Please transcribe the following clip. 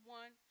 one